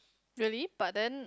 really but then